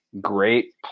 great